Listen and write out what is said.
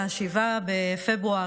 7 בפברואר,